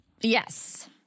Yes